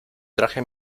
traje